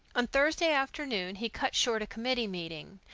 on thursday afternoon he cut short a committee meeting,